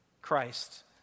Christ